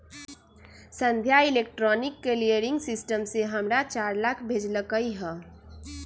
संध्या electronic clearing system से हमरा चार लाख भेज लकई ह